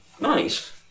Nice